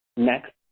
next,